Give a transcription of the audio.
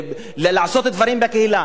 לעשות דברים בקהילה,